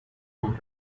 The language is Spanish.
nos